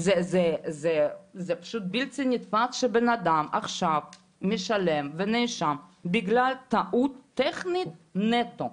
זה פשוט בלתי נתפס שבן אדם עכשיו משלם ונאשם בגלל טעות טכנית נטו.